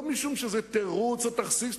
לא משום שזה תירוץ או תכסיס,